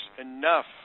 enough